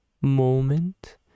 moment